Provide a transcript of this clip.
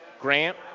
Grant